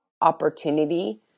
opportunity